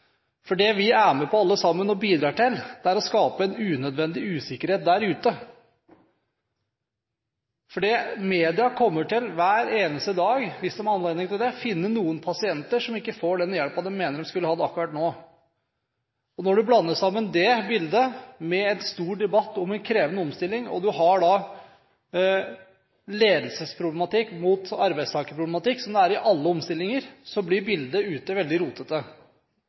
det som vi alle sammen er med på å bidra til, er å skape en unødvendig usikkerhet der ute. Media kommer til – hver eneste dag, hvis de har anledning til det – å finne noen pasienter som ikke får den hjelpen de mener de skulle hatt akkurat nå. Når du da blander sammen det bildet med en stor debatt om en krevende omstilling, og du har ledelsesproblematikk mot arbeidstakerproblematikk – som det er i alle omstillinger – blir bildet ute veldig